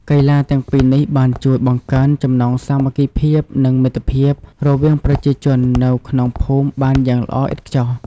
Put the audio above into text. កីឡាទាំងពីរនេះបានជួយបង្កើនចំណងសាមគ្គីភាពនិងមិត្តភាពរវាងប្រជាជននៅក្នុងភូមិបានយ៉ាងល្អឥតខ្ចោះ។